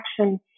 action